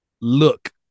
look